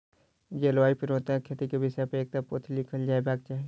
जलवायु परिवर्तन आ खेती के विषय पर एकटा पोथी लिखल जयबाक चाही